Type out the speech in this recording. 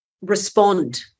respond